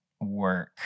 work